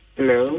Hello